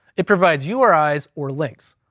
it provides uris, or links.